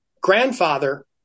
grandfather